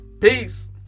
Peace